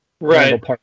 right